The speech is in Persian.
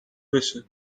بشه